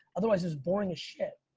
otherwise it's boring as shit.